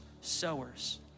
sowers